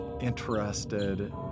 interested